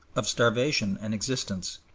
of starvation and existence,